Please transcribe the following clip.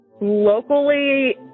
Locally